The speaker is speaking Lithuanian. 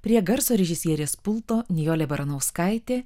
prie garso režisierės pulto nijolė baranauskaitė